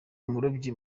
umurobyi